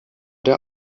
der